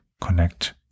connect